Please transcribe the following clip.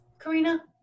Karina